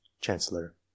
chancellor